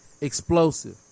Explosive